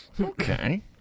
Okay